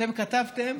אתם כתבתם